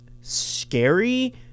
scary